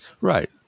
Right